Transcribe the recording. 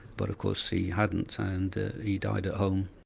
but of course he hadn't, and he died at home.